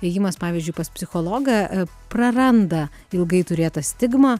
ėjimas pavyzdžiui pas psichologą praranda ilgai turėtą stigmą